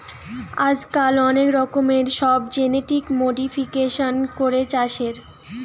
আজকাল অনেক রকমের সব জেনেটিক মোডিফিকেশান করে চাষের